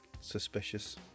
suspicious